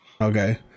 okay